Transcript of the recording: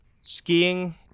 skiing